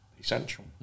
essential